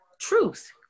truth